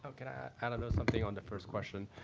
um can i add and something on the first question?